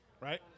right